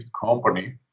company